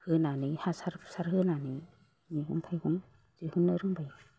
होनानै हासार हुसार होनानै मैगं थाइगं दिहुननो रोंबाय